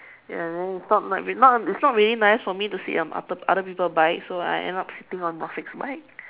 ya then it's not not not it's not really nice of me to sit on other other people's bike so I end up sitting on Afiq's bike